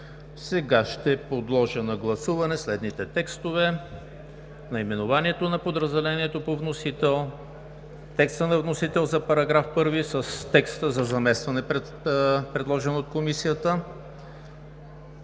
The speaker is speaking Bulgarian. Ще подложа на гласуване следните текстове: наименованието на подразделението по вносител; текста на вносителя за § 1 с текста за заместване, предложен от Комисията;